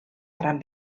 gran